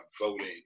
voting